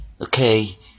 okay